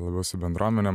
labiau su bendruomenėm